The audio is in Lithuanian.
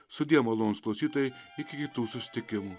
sudie malonūs klausytojai iki kitų susitikimų